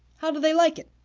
how do they like it?